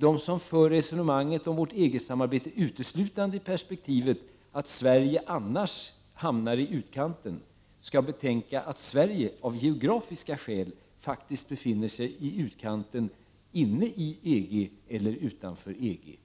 De som för resonemang om vårt EG-samarbete uteslutande i perspektivet att Sverige annars hamnar i utkanten, skall betänka att Sverige av geografiska skäl faktiskt befinner sig i utkanten, såväl inne i EG som utanför EG.